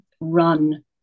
run